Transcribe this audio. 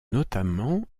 notamment